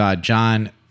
John